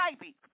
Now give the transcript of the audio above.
baby